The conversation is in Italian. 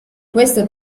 questo